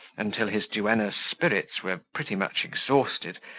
until his duenna's spirits were pretty much exhausted,